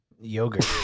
yogurt